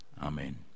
Amen